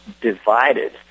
divided